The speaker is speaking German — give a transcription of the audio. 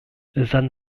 san